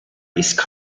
east